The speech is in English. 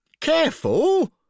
Careful